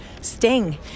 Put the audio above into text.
sting